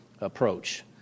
approach